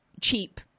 cheap